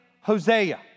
Hosea